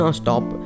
stop